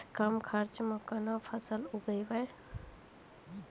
कम खर्चा म केना फसल उगैबै?